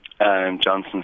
Johnson